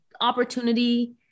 opportunity